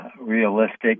realistic